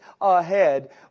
ahead